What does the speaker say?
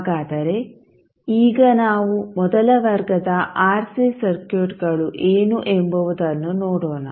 ಹಾಗಾದರೆ ಈಗ ನಾವು ಮೊದಲ ವರ್ಗದ ಆರ್ ಸಿ ಸರ್ಕ್ಯೂಟ್ಗಳು ಏನು ಎಂಬುವುದನ್ನು ನೋಡೋಣ